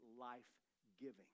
life-giving